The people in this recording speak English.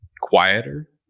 quieter